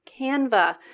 Canva